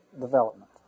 development